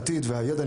העתיד והידע,